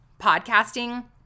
podcasting